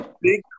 big